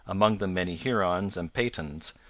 among them many hurons and petuns,